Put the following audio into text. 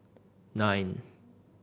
nine